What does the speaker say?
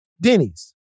Denny's